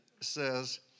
says